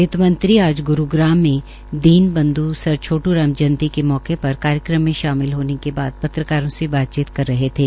वित्तमंत्री आज ग्रूग्राम में दीन बंध् सर छोट् राम जयंती के मौके पर कार्यक्रम में शामिल होने बाद पत्रकारों से बातचीत कर रहे थे